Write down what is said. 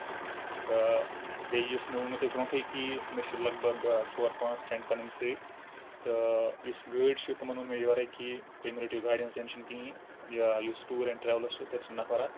تہٕ بیٚیہِ یُس مےٚ وونمو مےٚ برونٛٹھٕے کہِ مےٚ چھِ لگ بگ ژور پانٛژھ فرینٛڈ پَنٕنۍ سۭتۍ تہٕ یُس گٲڑۍ چھِ تِمن ووٚن مےٚ یورے کہِ تُہۍ مہ رٔٹِو گاڑِ ہنٛز ٹینشن کِہینۍ یُس ٹور اینڈ ٹرولٕز چھُ تَتہِ چھُ نفر اکھ